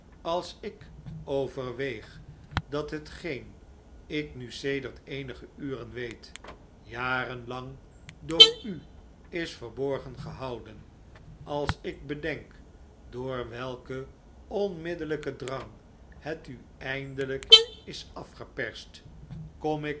als ik overweeg dat hetgeen ik nu sedert eenige uren weet jarenlang door u is verborgen gehouden als ik bedenk door welken onmiddellijken drang het u eindelijk is afgeperst kom ik